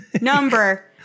number